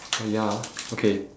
oh ya ah okay